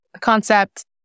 concept